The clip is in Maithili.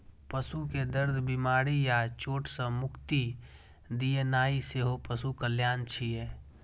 पशु कें दर्द, बीमारी या चोट सं मुक्ति दियेनाइ सेहो पशु कल्याण छियै